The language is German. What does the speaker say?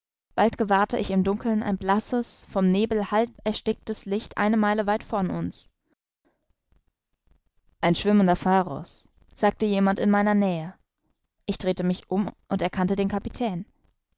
bald gewahrte ich im dunkeln ein blasses vom nebel halb ersticktes licht eine meile weit von uns ein schwimmender pharus sagte jemand in meiner nähe ich drehte mich um und erkannte den kapitän